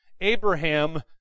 Abraham